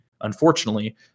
Unfortunately